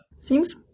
Seems